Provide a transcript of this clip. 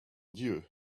dieu